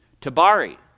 Tabari